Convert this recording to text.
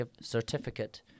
certificate